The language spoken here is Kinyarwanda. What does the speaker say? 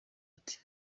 ati